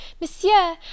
Monsieur